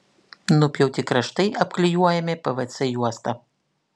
nupjauti kraštai apklijuojami pvc juosta